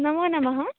नमो नमः